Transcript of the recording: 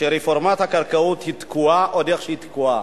רפורמת הקרקעות שתקועה, ועוד איך שהיא תקועה.